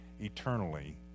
eternally